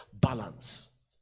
Balance